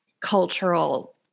cultural